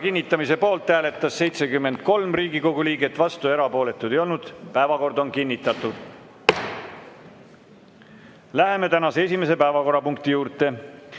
kinnitamise poolt hääletas 73 Riigikogu liiget, vastuolijaid ja erapooletuid ei olnud. Päevakord on kinnitatud. Läheme tänase esimese päevakorrapunkti juurde,